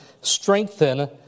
strengthen